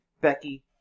Becky